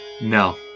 No